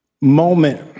moment